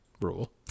rule